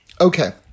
Okay